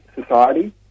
Society